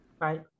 Right